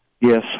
Yes